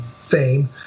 fame